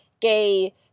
gay